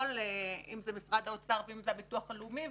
אם זה משרד האוצר ואם זה הביטוח הלאומי,